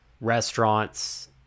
restaurants